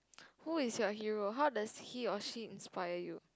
who is your hero how does he or she inspire you